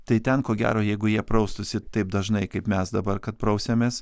tai ten ko gero jeigu jie praustųsi taip dažnai kaip mes dabar kad prausiamės